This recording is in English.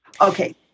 Okay